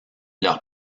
leur